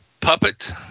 puppet